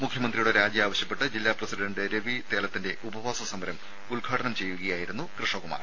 മുഖ്യമന്ത്രിയുടെ രാജി ആവശ്യപ്പെട്ട് ജില്ലാ പ്രസിഡന്റ് രവി തേലത്തിന്റെ ഉപവാസ സമരം ഉദ്ഘാടനം ചെയ്യുകയായിരുന്നു കൃഷ്ണകുമാർ